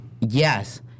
Yes